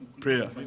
prayer